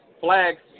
flags